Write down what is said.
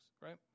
right